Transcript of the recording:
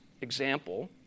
example